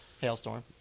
hailstorm